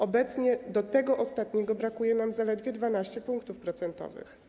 Obecnie do tego ostatniego brakuje nam zaledwie 12 punktów procentowych.